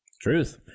Truth